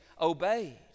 obeyed